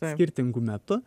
skirtingu metu